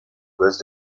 gosse